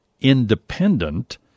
independent